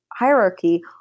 Hierarchy